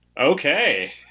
okay